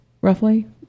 roughly